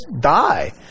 die